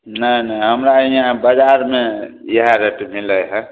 नहि नहि हमरा इहाँ बजारमे इहे रेट मिलै हय